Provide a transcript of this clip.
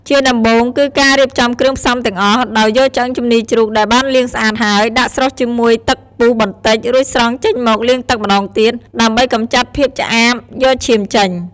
ជាដំបូង គឺការរៀបចំគ្រឿងផ្សំទាំងអស់ ដោយយកឆ្អឹងជំនីរជ្រូក ដែលបានលាងស្អាតហើយ ដាក់ស្រុះជាមួយទឹកពុះបន្តិច រួចស្រង់ចេញមកលាងទឹកម្ដងទៀត ដើម្បីកម្ចាត់ភាពឆ្អាប យកឈាមចេញ។